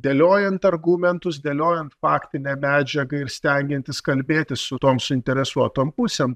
dėliojant argumentus dėliojant faktinę medžiagą ir stengiantis kalbėtis su tom suinteresuotom pusėm